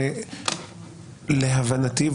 להבנתי,